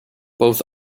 both